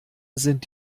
sind